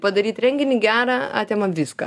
padaryt renginį gerą atima viską